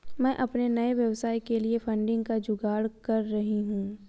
मैं अपने नए व्यवसाय के लिए फंडिंग का जुगाड़ कर रही हूं